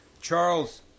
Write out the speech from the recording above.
Charles